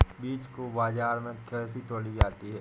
बीज को बाजार में कैसे तौली जाती है?